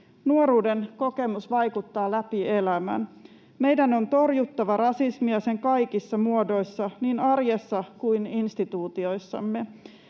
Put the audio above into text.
Nuoruuden kokemus vaikuttaa läpi elämän. Meidän on torjuttava rasismia sen kaikissa muodoissa niin arjessa kuin instituutioissamme.